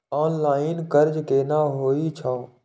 Online कर्ज केना होई छै?